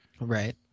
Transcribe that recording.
Right